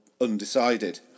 undecided